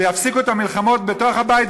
ויפסיקו את המלחמות בתוך הבית,